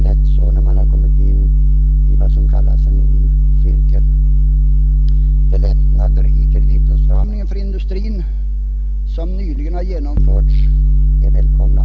Det blir ofta så när man har kommit in i en ond cirkel. De lättnader i kreditåtstramningen för industrin som nyligen har genomförts är välkomna.